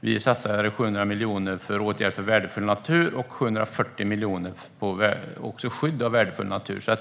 Vi satsar 700 miljoner på åtgärder för värdefull natur och 740 miljoner på skydd av värdefull natur.